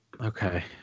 Okay